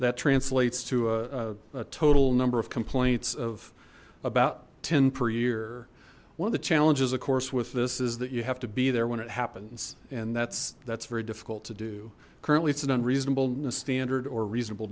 that translates to a total number of complaints of about ten per year one of the challenges of course with this is that you have to be there when it happens and that's that's very difficult to do currently it's an unreasonableness standard or reasonable